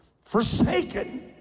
Forsaken